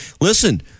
listen